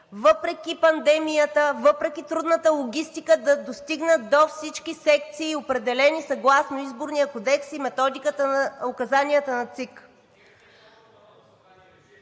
въпреки пандемията, въпреки трудната логистика, да достигнат до всички секции, определени съгласно Изборния кодекс и указанията на ЦИК.